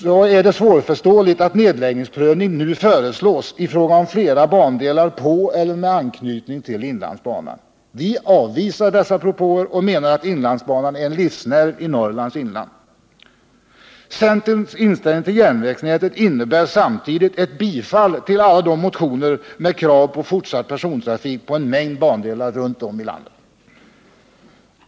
Det är därför svårförståeligt att nedläggningsprövning nu föreslås i fråga om flera bandelar på eller med anknytning till inlandsbanan. Vi avvisar dessa propåer och menar att inlandsbanan är en livsnerv i Norrlands inland. Centerns inställning till järnvägsnätet innebär samtidigt ett bifall till alla motioner med krav på fortsatt persontrafik på en mängd bandelar runt om i Sverige.